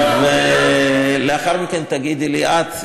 היא מונחת על שולחנכם.